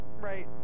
Right